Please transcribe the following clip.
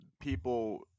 People